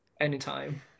Anytime